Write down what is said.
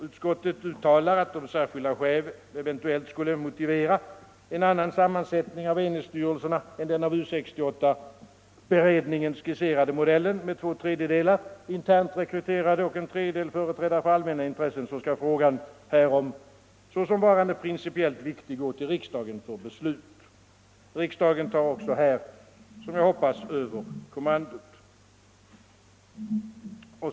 Utskottet uttalar att om särskilda skäl eventuellt skulle motivera en annan sammansättning av enhetsstyrelserna än den av U 68-beredningen skisserade modellen med två tredjedelar internrekryterade och en tredjedel företrädare för allmänna intressen, så skall frågan härom såsom varande principiellt viktig gå till riksdagen för beslut. Riksdagen tar också här, som jag hoppas, över kommandot.